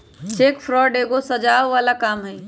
cheque fraud एगो सजाओ बला काम हई